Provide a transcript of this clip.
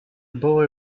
boy